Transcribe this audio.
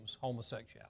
homosexuality